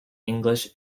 english